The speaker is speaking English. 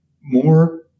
more